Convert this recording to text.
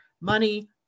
money